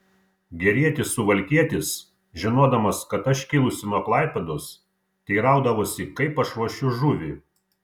gerietis suvalkietis žinodamas kad aš kilusi nuo klaipėdos teiraudavosi kaip aš ruošiu žuvį